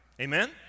Amen